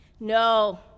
No